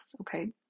Okay